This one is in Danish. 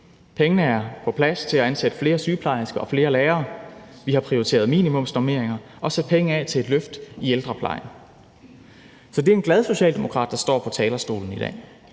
Pengene er på plads til at ansætte flere sygeplejersker og flere lærere. Vi har prioriteret minimumsnormeringer og sat penge af til et løft af ældreplejen. Så det er en glad socialdemokrat, der står på talerstolen i dag.